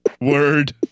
Word